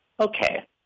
Okay